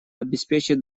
обеспечить